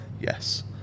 Yes